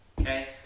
Okay